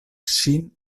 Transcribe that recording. ŝin